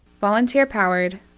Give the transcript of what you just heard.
Volunteer-powered